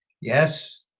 Yes